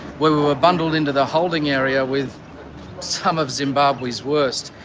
were bundled into the holding area with some of zimbabwe's worst.